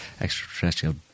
extraterrestrial